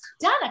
done